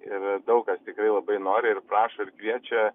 ir daug kas tikrai labai nori ir prašo ir kviečia